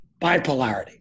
Bipolarity